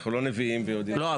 אנחנו לא נביאים ויודעים --- לא,